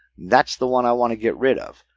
that's the one i want to get rid of.